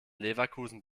leverkusen